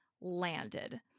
landed